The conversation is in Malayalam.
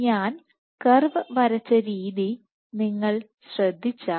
ഞാൻ കർവ് വരച്ച രീതി നിങ്ങൾ ശ്രദ്ധിച്ചാൽ